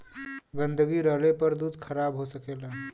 गन्दगी रहले पर दूध खराब हो सकेला